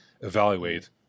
evaluate